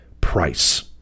price